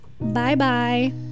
bye-bye